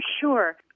Sure